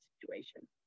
situation